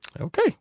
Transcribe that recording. Okay